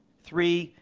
three,